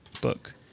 book